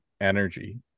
energy